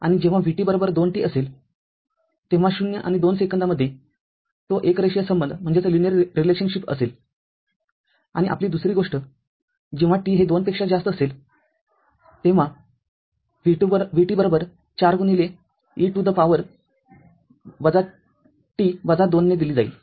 आणि जेव्हा vt २t असेल तेव्हा ० आणि २ सेकंदामध्ये तो एकरेषीय संबंध असेल आणि आपली दुसरी गोष्ट जेव्हा t हे २ पेक्षा जास्त असेल तेव्हा vt 4 e to the power t - २ ने दिली जाईल